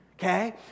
Okay